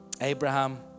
Abraham